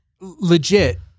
legit